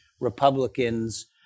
Republicans